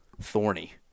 Thorny